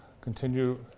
continue